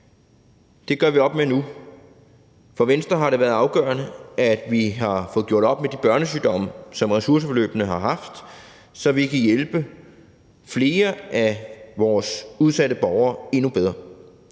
Det gør vi op med nu. For Venstre er det afgørende, at vi har fået gjort op med de børnesygdomme, som ressourceforløbene har haft, så vi kan hjælpe flere af vores udsatte borgere endnu bedre.